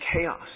chaos